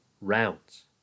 rounds